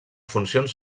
funcions